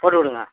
போட்டுக்கொடுங்க